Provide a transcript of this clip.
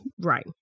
Right